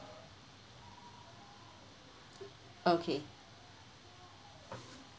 okay